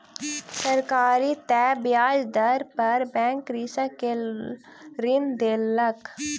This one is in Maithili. सरकारी तय ब्याज दर पर बैंक कृषक के ऋण देलक